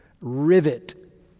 rivet